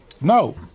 No